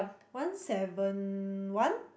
one seven one